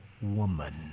woman